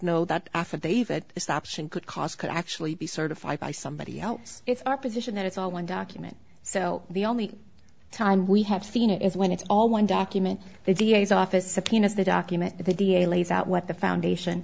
affidavit this option could cost could actually be certified by somebody else it's our position that it's all one document so the only time we have seen it is when it's all one document the d a s office subpoenas the document the d a lays out what the foundation